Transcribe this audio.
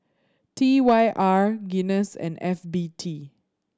T Y R Guinness and F B T